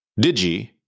Digi